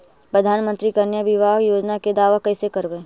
प्रधानमंत्री कन्या बिबाह योजना के दाबा कैसे करबै?